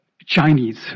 Chinese